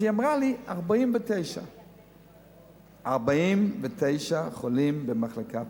היא אמרה לי: 49. 49 חולים במחלקה הפנימית.